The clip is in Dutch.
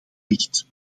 ligt